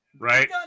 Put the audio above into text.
right